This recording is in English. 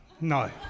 No